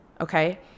okay